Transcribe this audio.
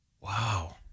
Wow